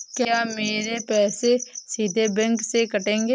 क्या मेरे पैसे सीधे बैंक से कटेंगे?